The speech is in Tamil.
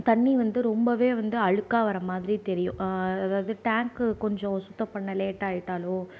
தண்ணி வந்து ரொம்பவே வந்து அழுக்காக வர மாதிரி தெரியும் அதாவது டேங்க்கு கொஞ்சம் சுத்தம் பண்ண லேட் ஆகிட்டாலோ